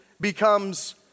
becomes